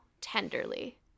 tenderly